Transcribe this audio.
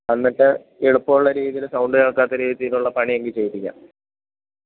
എന്നിട്ട് എളുപ്പം ഉള്ള രീതിയിൽ സൗണ്ട് കേൾക്കാത്ത രീതിയിലുള്ള പണി എങ്കിൽ ചെയ്യിപ്പിക്കാം